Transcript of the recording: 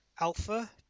Alpha